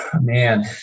Man